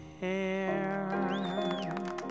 hair